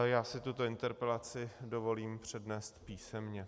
Já si tuto interpelaci dovolím přednést písemně.